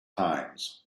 times